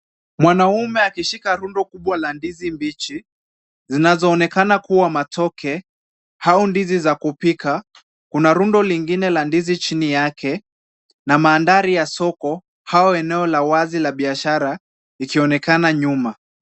Mwaume akishika rundo kubwa la ndizi mbichi zinazoonekana kuwa matoke au ndizi ya kupika. Kuna rundo kingine ya ndizi chini yake na mandhari ya soko au eneo la wazi la biashara likionekana nyuma.